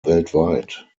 weltweit